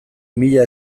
mila